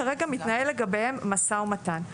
כרגע מתנהל לגביהם משא ומתן.